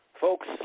Folks